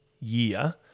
year